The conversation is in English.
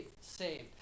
saved